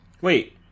Wait